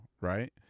right